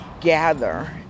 gather